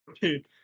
dude